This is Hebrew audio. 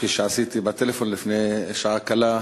כפי שעשיתי בטלפון לפני שעה קלה,